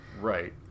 Right